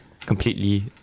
completely